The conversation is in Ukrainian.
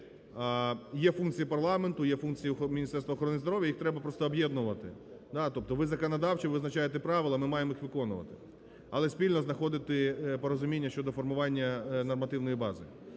є функції парламенту, є функції Міністерства охорони здоров'я, їх треба просто об'єднувати. Тобто ви законодавчо визначаєте правила, ми маємо їх виконувати, але спільно знаходити порозуміння щодо формування нормативної бази.